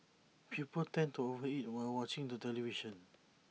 people tend to over eat while watching the television